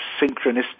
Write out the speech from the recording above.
synchronistic